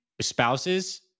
spouses